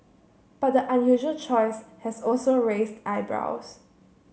but the unusual choice has also raised eyebrows